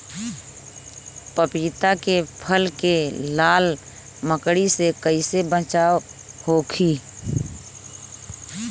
पपीता के फल के लाल मकड़ी से कइसे बचाव होखि?